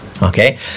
Okay